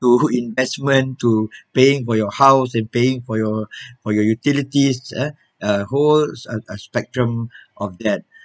to investment to paying for your house and paying for your for your utilities uh uh holds a a spectrum of that